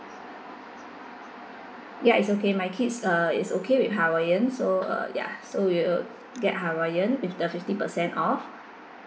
ya it's okay my kids uh is okay with hawaiian so uh ya so we will get hawaiian with the fifty percent off